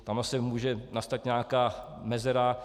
Tam asi může nastat nějaká mezera.